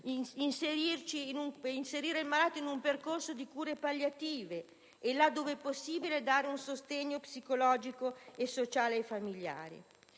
inserire il malato in un percorso di cure palliative e, dove possibile, dare un sostegno psicologico e sociale ai familiari.